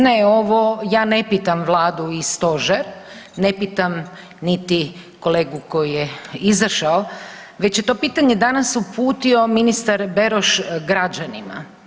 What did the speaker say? Ne ovo ja ne pitam Vladu i Stožer, ne pitam niti kolegu koji je izašao već je to pitanje danas uputio ministar Beroš građanima.